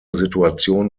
situation